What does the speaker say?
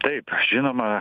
taip žinoma